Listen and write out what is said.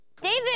David